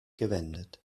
gewendet